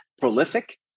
prolific